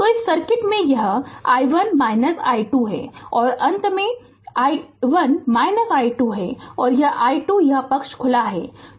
तो इस सर्किट में यह i1 i2 है और अंत में i1 i2 है और यह i2 यह पक्ष खुला है